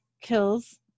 kills